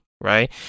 right